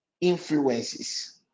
influences